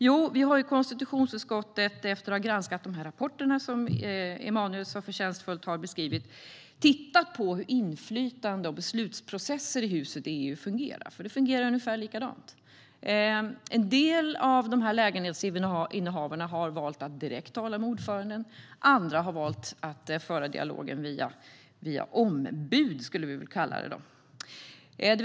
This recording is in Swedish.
Jo, vi har i konstitutionsutskottet, efter att ha granskat de här rapporterna, som Emanuel så förtjänstfullt beskrivit, tittat på hur det fungerar i huset EU med inflytande och beslutsprocesser. Det fungerar ungefär som i bostadsrättsföreningen. En del av lägenhetsinnehavarna har valt att tala med ordföranden direkt. Andra har valt att föra dialogen via ombud, skulle vi väl kalla det.